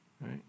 right